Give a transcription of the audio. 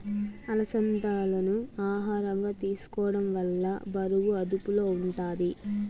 అలసందాలను ఆహారంగా తీసుకోవడం వల్ల బరువు అదుపులో ఉంటాది